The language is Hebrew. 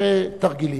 הרבה תרגילים.